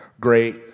great